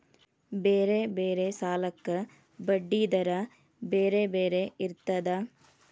ಬೇರೆ ಬೇರೆ ಸಾಲಕ್ಕ ಬಡ್ಡಿ ದರಾ ಬೇರೆ ಬೇರೆ ಇರ್ತದಾ?